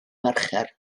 mercher